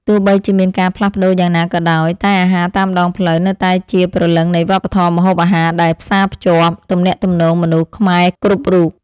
ទោះបីជាមានការផ្លាស់ប្តូរយ៉ាងណាក៏ដោយតែអាហារតាមដងផ្លូវនៅតែជាព្រលឹងនៃវប្បធម៌ម្ហូបអាហារដែលផ្សារភ្ជាប់ ទំនាក់ទំនងមនុស្សខ្មែរគ្រប់រូប។